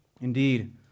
Indeed